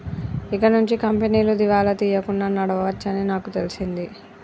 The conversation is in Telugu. ఇకనుంచి కంపెనీలు దివాలా తీయకుండా నడవవచ్చని నాకు తెలిసింది